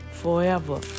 Forever